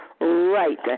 right